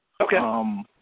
Okay